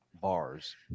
bars